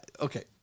Okay